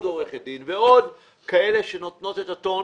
עורכת דין ועוד כאלה שנותנות את הטון.